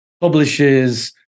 publishes